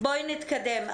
בואי נתקדם.